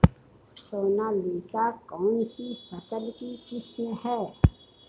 सोनालिका कौनसी फसल की किस्म है?